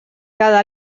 quedà